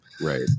right